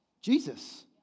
Jesus